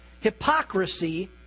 Hypocrisy